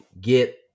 get